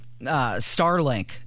Starlink